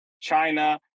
China